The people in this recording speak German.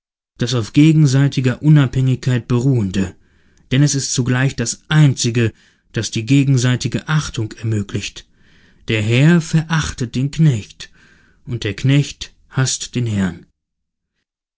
das auf gegenseitiger unabhängigkeit beruhende denn es ist zugleich das einzige das die gegenseitige achtung ermöglicht der herr verachtet den knecht und der knecht haßt den herrn